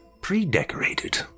pre-decorated